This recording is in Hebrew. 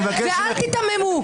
אל תיתממו.